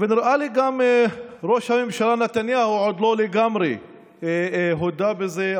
ונראה לי שגם ראש הממשלה נתניהו עוד לא לגמרי הודה בזה,